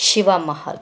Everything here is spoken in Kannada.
ಶಿವ ಮಹಲ್